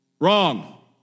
Wrong